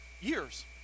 years